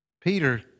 Peter